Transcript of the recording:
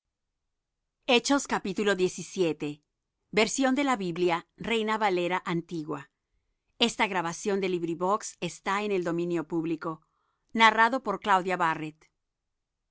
librado de la mano de herodes y de todo el pueblo de